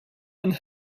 and